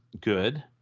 good